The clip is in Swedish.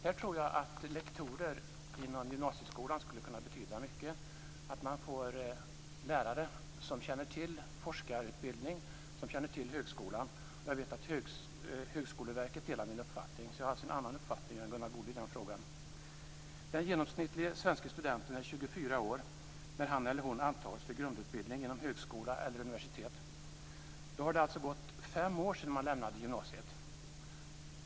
Här tror jag att lektorer i gymnasieskolan skulle betyda mycket. Man får lärare som känner till forskarutbildning och som känner till högskolan. Jag vet att Högskoleverket delar min uppfattning och har alltså en annan uppfattning än Gunnar Goude i frågan. Den genomsnittlige svenske studenten är 24 år när han eller hon antas till grundutbildning inom högskola eller universitet. Då har det alltså gått fem år sedan man lämnade gymnasiet.